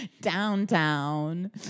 downtown